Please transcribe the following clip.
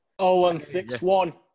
0161